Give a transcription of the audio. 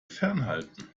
fernhalten